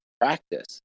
practice